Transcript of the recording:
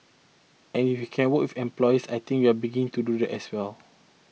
and if we can work with employers I think we're beginning to do that as well